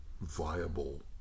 viable